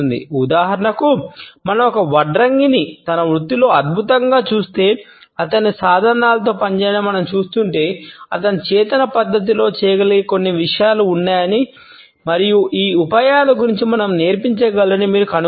ఉదాహరణకు మనం ఒక వడ్రంగిని తన వృత్తిలో అద్భుతంగా చూస్తే మరియు అతని సాధనాలతో పని చేయడాన్ని మనం చూస్తుంటే అతను చేతన పద్ధతిలో చేయగలిగే కొన్ని విషయాలు ఉన్నాయని మరియు ఈ ఉపాయాల గురించి మనకు నేర్పించగలరని మీరు కనుగొంటే